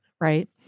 right